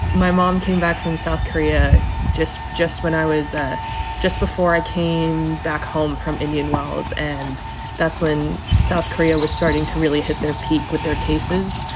my mom came back from south korea just just when i was ah just before i came back home from indian wells. and that's when south korea was starting to really hit their peak with their cases.